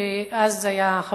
שהיה אז